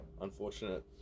unfortunate